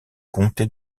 comté